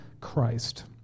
Christ